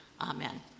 Amen